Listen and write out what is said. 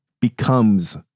becomes